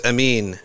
Amin